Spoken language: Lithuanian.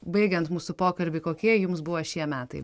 baigiant mūsų pokalbį kokie jums buvo šie metai